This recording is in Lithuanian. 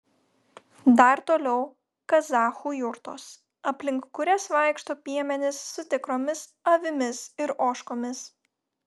dar toliau kazachų jurtos aplink kurias vaikšto piemenys su tikromis avimis ir ožkomis